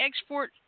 export